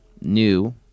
new